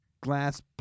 glass